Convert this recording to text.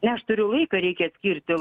ne aš turiu laiką reikia skirti